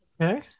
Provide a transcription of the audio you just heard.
Okay